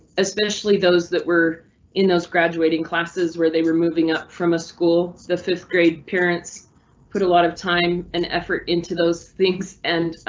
especially those that were in those graduating classes where they were moving up from a school. the fifth grade parents put a lot of time and effort into those things, and